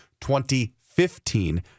2015